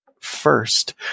first